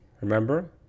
remember